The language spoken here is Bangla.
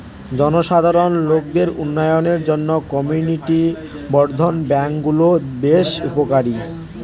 জনসাধারণ লোকদের উন্নয়নের জন্যে কমিউনিটি বর্ধন ব্যাংক গুলো বেশ উপকারী